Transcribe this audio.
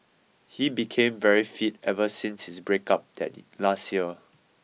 he became very fit ever since his breakup last year